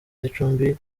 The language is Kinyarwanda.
gicumbi